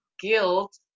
guilt